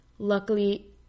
Luckily